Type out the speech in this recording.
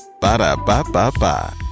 Ba-da-ba-ba-ba